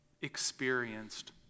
experienced